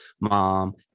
mom